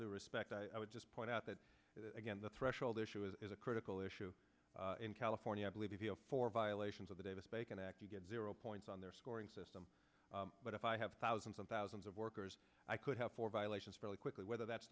due respect i would just point out that again the threshold issue is a critical issue in california i believe you feel for violations of the davis bacon act you get zero points on their scoring system but if i have thousands and thousands of workers i could have four violations fairly quickly whether that's